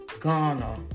Ghana